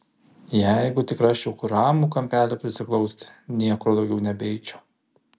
jeigu tik rasčiau kur ramų kampelį prisiglausti niekur daugiau nebeeičiau